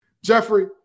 Jeffrey